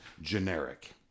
generic